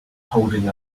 holding